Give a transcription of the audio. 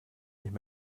nicht